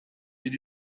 did